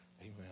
Amen